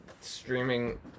streaming